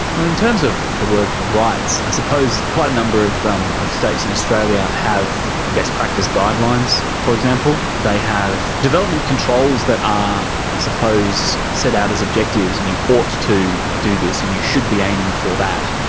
well, in terms of the word rights i suppose quite a number of um of states in australia have best practice guidelines, for example. they have development controls that are i suppose set out as objectives and you ought to do this and you should be aiming for that.